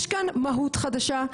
יש כאן מהות חדשה,